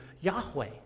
Yahweh